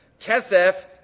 Kesef